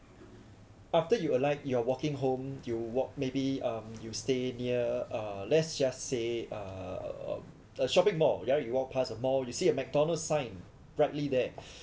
after you uh like you are walking home you walk maybe um you stay near uh let's just say uh um a shopping mall yeah you walk past a mall you see a McDonald's sign brightly there